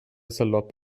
salopp